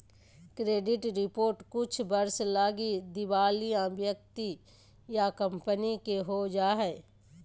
credit report कुछ वर्ष लगी दिवालिया व्यक्ति या कंपनी के हो जा हइ